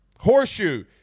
Horseshoe